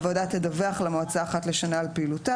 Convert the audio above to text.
הוועדה תדווח למועצה אחת לשנה על פעילותה,